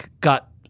got